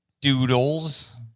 Doodles